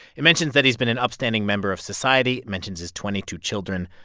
it mentions that he's been an upstanding member of society, mentions his twenty two children.